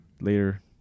later